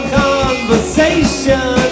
conversation